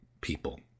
people